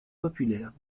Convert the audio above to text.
populaire